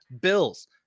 bills